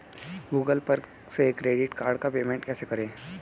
Google पर से credit card का पेमेंट कैसे करें?